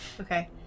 Okay